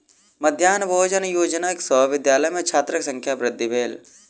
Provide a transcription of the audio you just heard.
मध्याह्न भोजन योजना सॅ विद्यालय में छात्रक संख्या वृद्धि भेल